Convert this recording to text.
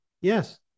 Yes